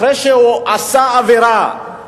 אחרי שהוא עשה עבירה,